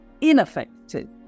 ineffective